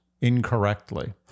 incorrectly